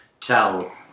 tell